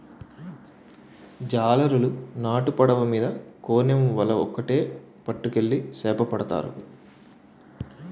జాలరులు నాటు పడవ మీద కోనేమ్ వల ఒక్కేటి పట్టుకెళ్లి సేపపడతారు